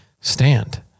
stand